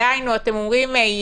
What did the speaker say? דהיינו אתם אומרים: